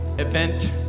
event